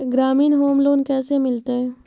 ग्रामीण home loan कैसे मिलतै?